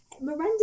miranda